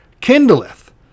kindleth